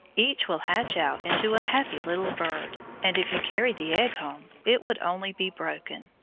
each will hatch out into a happy little bird, and if you carried the egg home it would only be broken.